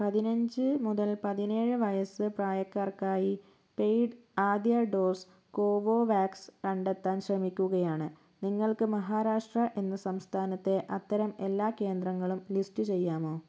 പതിനഞ്ച് മുതൽ പതിനേഴ് വയസ്സ് പ്രായക്കാർക്കായി പെയ്ഡ് ആദ്യ ഡോസ് കോവോവാക്സ് കണ്ടെത്താൻ ശ്രമിക്കുകയാണ് നിങ്ങൾക്ക് മഹാരാഷ്ട്ര എന്ന സംസ്ഥാനത്തെ അത്തരം എല്ലാ കേന്ദ്രങ്ങളും ലിസ്റ്റ് ചെയ്യാമോ